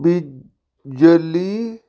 ਬਿਜਲੀ